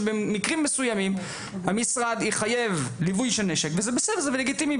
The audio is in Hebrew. שבמקרים מסוימים המשרד יחייב ליווי של נשק וזה בסדר ולגיטימי,